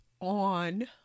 on